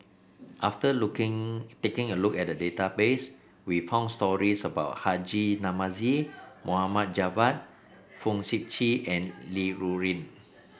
after looking taking a look at the database we found stories about Haji Namazie Mohd Javad Fong Sip Chee and Li Rulin